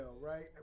right